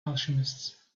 alchemists